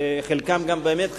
חלקם גם באמת חברי,